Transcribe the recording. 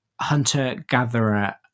hunter-gatherer